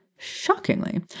Shockingly